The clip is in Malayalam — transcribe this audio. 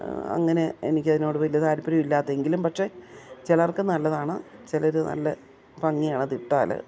അങ്ങനെ എനിക്കതിനോട് വലിയ താൽപര്യം ഇല്ലാത്തതെങ്കിലും പക്ഷെ ചിലർക്ക് നല്ലതാണ് ചിലർ നല്ല ഭംഗിയാണ് അതിട്ടാൽ